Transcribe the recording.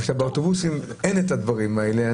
אבל באוטובוסים אין הדברים האלה.